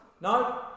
No